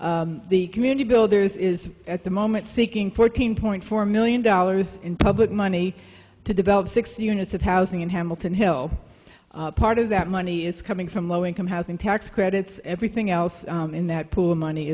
the community builders is at the moment seeking fourteen point four million dollars in public money to develop six units of housing in hamilton hill part of that money is coming from low income housing tax credits everything else in that